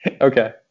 Okay